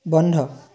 বন্ধ